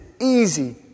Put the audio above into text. easy